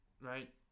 Right